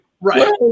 Right